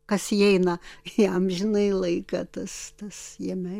kas įeina į amžinąjį laiką tas tas jame